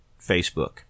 Facebook